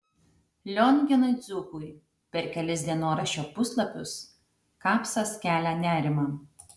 lionginui dzūkui per kelis dienoraščio puslapius kapsas kelia nerimą